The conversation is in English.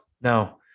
No